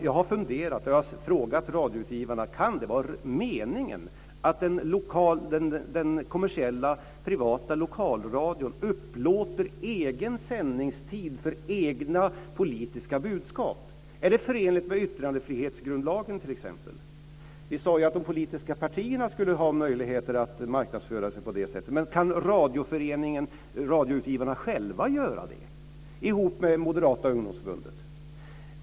Jag har funderat, och jag har frågat radioutgivarna om det kan vara meningen att den kommersiella privata lokalradion upplåter egen sändningstid för egna politiska budskap. Är det förenligt med t.ex. yttrandefrihetsgrundlagen? Vi sade att de politiska partierna skulle ha möjligheter att marknadsföra sig på det sättet, men kan radioutgivarna själva göra det ihop med Moderata ungdomsförbundet?